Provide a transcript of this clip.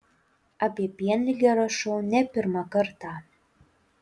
apie pienligę rašau ne pirmą kartą